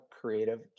creative